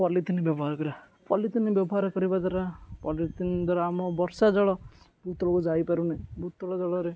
polythene ବ୍ୟବହାର କରିବା polythene ବ୍ୟବହାର କରିବା ଦ୍ୱାରା ପଲିଥିନ୍ ଦ୍ୱାରା ଆମ ବର୍ଷା ଜଳ ଭୂତଳକୁ ଯାଇପାରୁନି ଭୂତଳ ଜଳରେ